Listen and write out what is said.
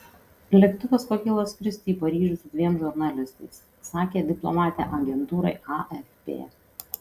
lėktuvas pakilo skristi į paryžių su dviem žurnalistais sakė diplomatė agentūrai afp